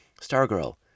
Stargirl